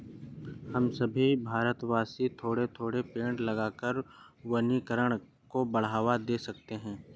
हम सभी भारतवासी थोड़े थोड़े पेड़ लगाकर वनीकरण को बढ़ावा दे सकते हैं